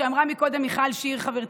חוק